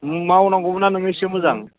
मावनांगौमोनना नोङो एसे मोजां